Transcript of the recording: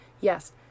Yes